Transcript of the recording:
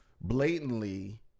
blatantly